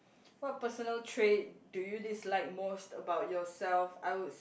what personal trait do you dislike most about yourself I would